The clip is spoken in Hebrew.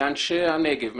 אנשי הנגב,